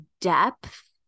depth